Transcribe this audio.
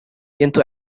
into